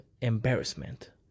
embarrassment